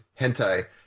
hentai